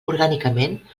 orgànicament